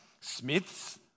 Smiths